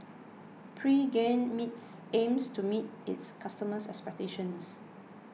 Pregain meets aims to meet its customers' expectations